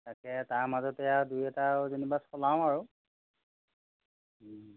তাকে তাৰ মাজতে আৰু দুই এটা যেনিবা চলাওঁ আৰু